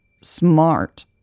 smart